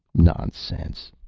nonsense,